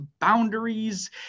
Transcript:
boundaries